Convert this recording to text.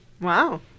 wow